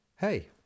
hey